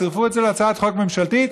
צירפו את זה להצעת חוק ממשלתית,